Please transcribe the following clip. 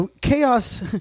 chaos